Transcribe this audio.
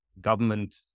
government